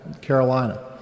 Carolina